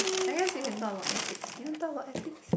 I guess we can talk about ethics can we talk about ethics